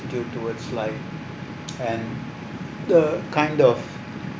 attitude towards life and the kind of